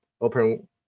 open